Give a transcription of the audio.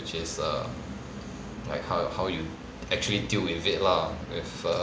which is err like how you how you actually deal with it lah with a